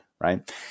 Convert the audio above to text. Right